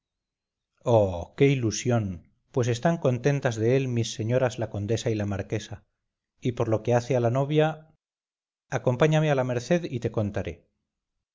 qué ilusión pues están contentas de él mis señoras la condesa y marquesa y por lo que hace a la novia acompáñame a la merced y te contaré